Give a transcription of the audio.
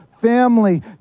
Family